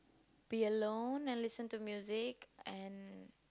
be alone and listen to music and